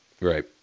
Right